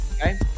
Okay